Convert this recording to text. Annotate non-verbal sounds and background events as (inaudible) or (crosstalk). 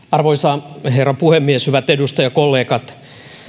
(unintelligible) arvoisa herra puhemies hyvät edustajakollegat